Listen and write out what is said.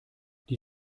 die